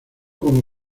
como